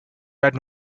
red